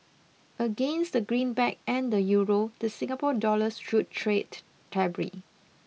against the greenback and the Euro the Singapore dollar should trade stably